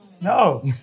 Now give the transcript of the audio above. No